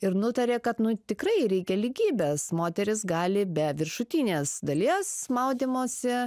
ir nutarė kad nu tikrai reikia lygybės moterys gali be viršutinės dalies maudymosi